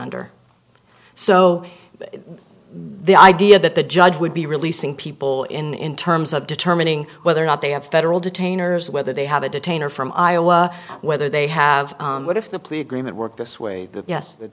under so the idea that the judge would be releasing people in terms of determining whether or not they have federal detainers whether they have a detainer from iowa whether they have what if the plea agreement worked this way yes the